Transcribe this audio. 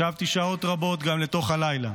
ישבתי שעות רבות, גם לתוך הלילה.